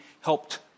helped